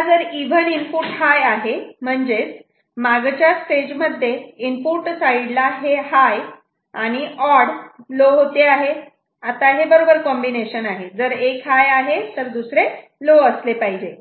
आता जर even input high आहे म्हणजेच मागच्या स्टेजमध्ये इनपुट साईडला हे हाय आणि ऑड लो होते आणि आता हे बरोबर कॉम्बिनेशन आहे जर एक हाय आहे तर दुसरे लो असले पाहिजे